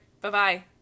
Bye-bye